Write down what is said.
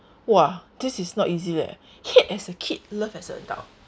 !wah! this is not easy leh hate as a kid love as an adult